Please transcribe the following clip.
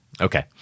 Okay